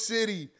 City